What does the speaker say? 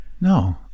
no